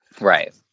Right